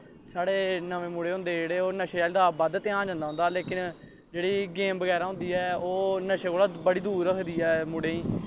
साढ़े नमें मुड़े होंदे जेह्ड़े नशे आह्ले बल बध ध्यान जंदा उं'दा लेकिन जेह्ड़ी गेम बगैरा होंदी ऐ ओह् नशे कोला बड़ी दूर रखदी ऐ मुड़ें गी